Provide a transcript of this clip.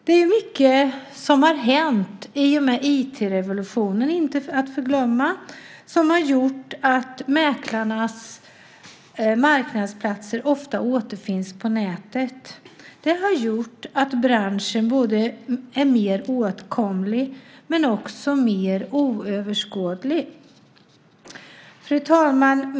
Det är mycket som har hänt i och med IT-revolutionen - inte att förglömma - som har gjort att mäklarnas marknadsplatser ofta återfinns på nätet. Det har medfört att branschen är både mer åtkomlig och mer oöverskådlig. Fru talman!